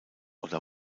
oder